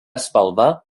spalva